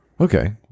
Okay